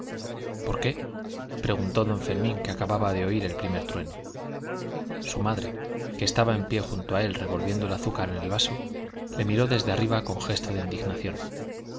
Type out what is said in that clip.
por qué preguntó don fermín que acababa de oír el primer trueno su madre que estaba en pie junto a él revolviendo el azúcar en el vaso le miró desde arriba con gesto de indignación